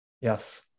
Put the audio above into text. Yes